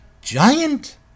giant